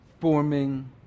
forming